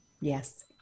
Yes